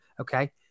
okay